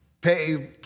pay